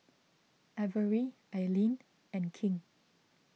Averie Ailene and King